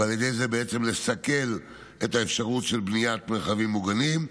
ועל ידי זה בעצם לסכל את האפשרות של בניית מרחבים מוגנים,